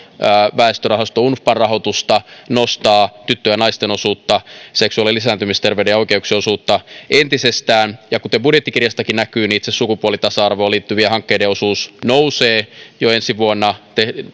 väestörahasto unfpan rahoitusta nostaa tyttöjen ja naisten osuutta seksuaali ja lisääntymisterveyden ja oikeuksien osuutta entisestään ja kuten budjettikirjastakin näkyy itse sukupuolitasa arvoon liittyvien hankkeiden osuus nousee ensi vuonna